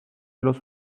los